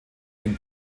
dem